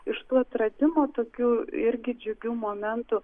iš tų atradimų tokių irgi džiugių momentų